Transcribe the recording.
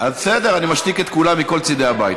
אז בסדר, אני משתיק את כולם מכל צידי הבית.